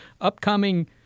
upcoming